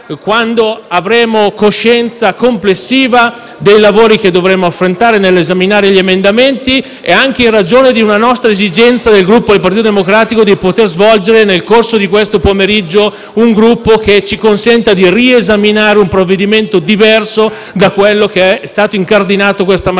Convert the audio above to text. quando avremo coscienza complessiva dei lavori che dovremo affrontare nell'esaminare gli emendamenti e anche in ragione di un'esigenza del Partito Democratico di poter svolgere, nel corso di questo pomeriggio, una riunione del Gruppo che ci consenta di riesaminare un provvedimento diverso da quello che è stato incardinato questa mattina